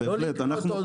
בהחלט.